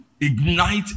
ignite